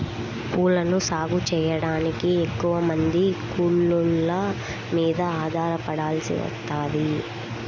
పూలను సాగు చెయ్యడానికి ఎక్కువమంది కూలోళ్ళ మీద ఆధారపడాల్సి వత్తది